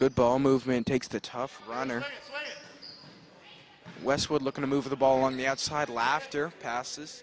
good ball movement takes the tough runner westwood looking to move the ball on the outside laughter passes